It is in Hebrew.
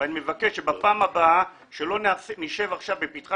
ואני מבקש שבפעם הבאה שלא נשב עכשיו בפתחה